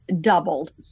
doubled